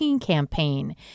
Campaign